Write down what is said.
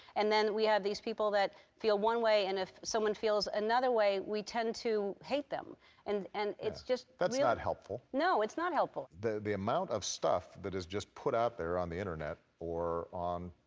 and then we had these people that feel one way and if someone feels another way, we tend to hate them and and it's just that's not helpful. no, it's not helpful. the the amount of stuff that is just put out there on the internet or on